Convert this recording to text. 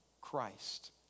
Christ